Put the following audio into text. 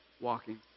walking